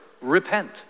repent